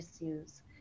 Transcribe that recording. issues